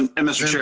um and mr.